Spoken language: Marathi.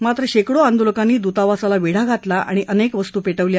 मात्र शैकडो आंदोलकांनी दूतावासाला वेढा घातला आणि अनेक वस्तू पेटवल्या